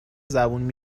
زبون